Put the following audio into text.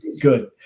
good